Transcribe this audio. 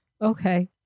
Okay